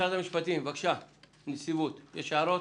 משרד המשפטים, הנציבות, יש הערות